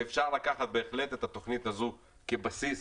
ואפשר לקחת בהחלט את התוכנית הזו כבסיס